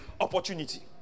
opportunity